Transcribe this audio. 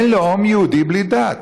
אין לאום יהודי בלי דת.